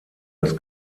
das